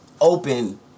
open